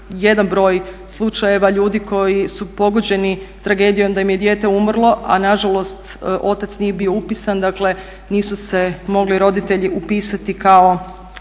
jedan broj slučajeva ljudi koji su pogođeni tragedijom da im je dijete umrlo, a nažalost otac nije bio upisan, dakle nisu se mogli roditelji upisati kao